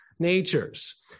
natures